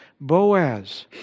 Boaz